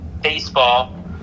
baseball